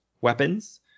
weapons